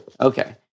Okay